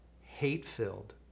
hate-filled